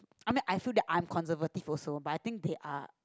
I mean I feel that I'm conservative also but I think they are